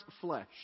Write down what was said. flesh